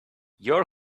your